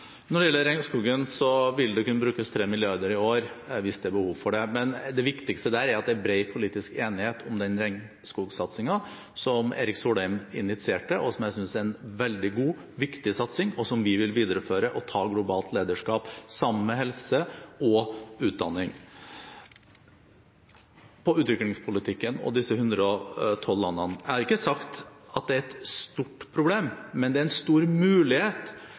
Når det gjelder regnskogen, vil det kunne brukes 3 mrd. kr i år, hvis det er behov for det, men det viktigste er at det er bred politisk enighet om regnskogssatsingen, som Erik Solheim initierte, og som jeg synes er en veldig god og viktig satsing, og som vi vil videreføre og hvor vi vil ta globalt lederskap, i tillegg til områdene helse og utdanning. Når det gjelder utviklingspolitikken og disse 112 landene, har jeg ikke sagt at det er et stort problem, men at det er en stor mulighet